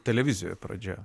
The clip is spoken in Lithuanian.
televizijoje pradžia